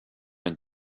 and